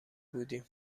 بودیم